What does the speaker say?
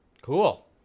Cool